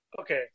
Okay